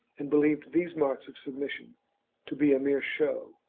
and believed these marks of submis sion to be a mere show,